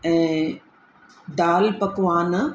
ऐं दालपकवान